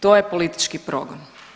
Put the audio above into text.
To je politički progon.